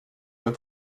med